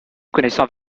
connaissant